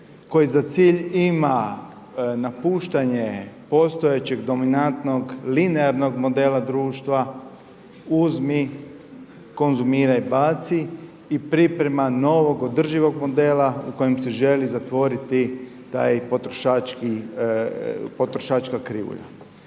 koje za cilj ima napuštanje postojećeg dominantnog linearnog modela društva uzmi, konzumiraj, baci i priprema novog održivog modela u kojem se želi zatvoriti taj potrošačka krivulja.